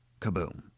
Kaboom